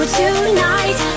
tonight